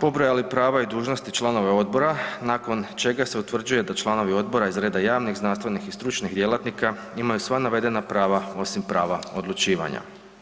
pobrojali prava i dužnosti članova odbora nakon čega se utvrđuje da članovi odbora iz reda javnih znanstvenih i stručnih djelatnika imaju sva navedena prava osim prava odlučivanja.